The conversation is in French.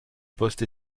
poste